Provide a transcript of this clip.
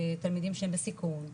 תלמידים שהם בסיכון,